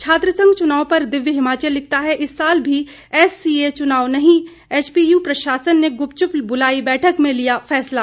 छात्र संघ चुनाव पर दिव्य हिमाचल लिखता है इस साल भी एससीए चुनाव नहीं एचपीयू प्रशासन ने गुपचुप बुलाई बैठक में लिया फैसला